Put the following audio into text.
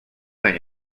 any